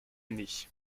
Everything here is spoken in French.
année